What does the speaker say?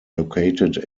located